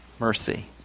mercy